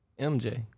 mj